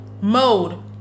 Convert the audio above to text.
mode